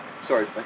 Sorry